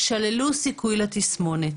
שללו סיכוי לתסמונת.